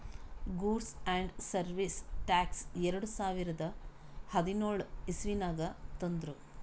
goods and service tax ಎರಡು ಸಾವಿರದ ಹದಿನ್ಯೋಳ್ ಇಸವಿನಾಗ್ ತಂದುರ್